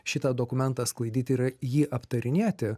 šitą dokumentą sklaidyti ir jį aptarinėti